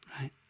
right